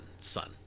son